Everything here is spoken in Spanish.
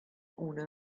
una